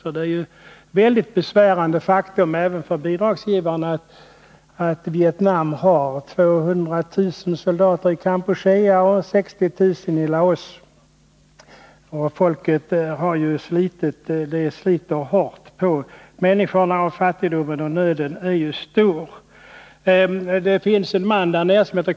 Även för bidragsgivarna är det ju ett besvärande faktum att Vietnam har 200 000 soldater i Kampuchea och 60 000 i Laos. Kriget sliter hårt på människorna, och det råder stor fattigdom och nöd.